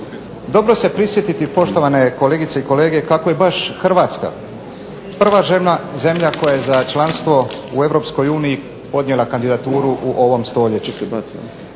Dobro se prisjetiti, poštovane kolegice i kolege, kako je baš Hrvatska prva zemlja koja je za članstvo u Europskoj uniji odnijela kandidaturu u ovom stoljeću.